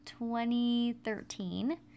2013